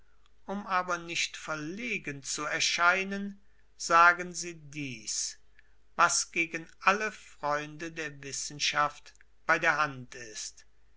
um aber nicht verlegen zu erscheinen sagen sie dies was gegen alle freunde der wissenschaft bei der hand ist